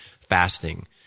fasting